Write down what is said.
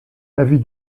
l’avis